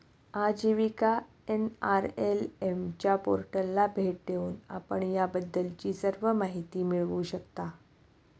आजीविका एन.आर.एल.एम च्या पोर्टलला भेट देऊन आपण याबद्दलची सर्व माहिती मिळवू शकता